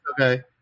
okay